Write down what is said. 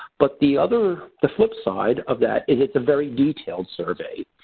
but the other the flip side of that is it's a very detailed survey.